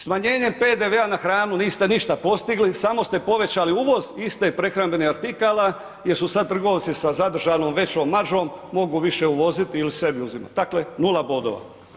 Smanjenjem PDV-a na hranu niste ništa postigli samo ste povećali uvoz istih prehrambenih artikala jer su sad trgovci sa zadržanom većom maržom mogu više uvoziti ili sebi uzimati, dakle 0 bodova.